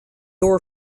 were